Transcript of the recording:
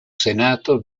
senato